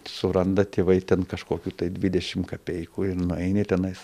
suranda tėvai ten kažkokių tai dvidešimt kapeikų ir nueini tenais